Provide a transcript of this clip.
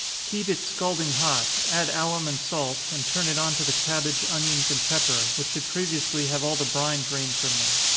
heat it scalding hot add alum and salt, and turn it on to the cabbage, onions and pepper, which should previously have all the brine drained from them.